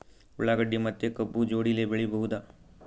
ಉಳ್ಳಾಗಡ್ಡಿ ಮತ್ತೆ ಕಬ್ಬು ಜೋಡಿಲೆ ಬೆಳಿ ಬಹುದಾ?